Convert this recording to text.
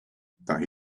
that